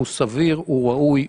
הוא ראוי,